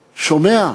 שומע,